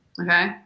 okay